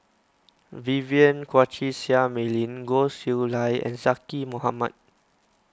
Vivien Quahe Seah Mei Lin Goh Chiew Lye and Zaqy Mohamad